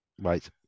Right